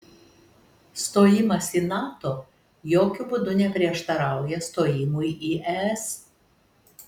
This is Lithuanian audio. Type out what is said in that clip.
stojimas į nato jokiu būdu neprieštarauja stojimui į es